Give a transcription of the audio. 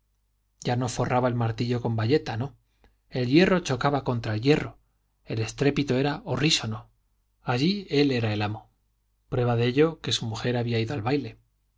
ya no forraba el martillo con bayeta no el hierro chocaba contra el hierro el estrépito era horrísono allí era él el amo prueba de ello que su mujer había ido al baile